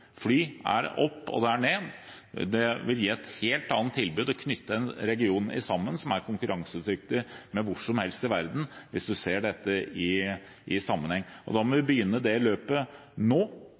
Fly er opp – og det er ned. Det vil også gi helt annet tilbud og knytte en region sammen, som er konkurransedyktig, hvor som helst i verden, hvis en ser dette i sammenheng. Da må vi begynne det løpet nå,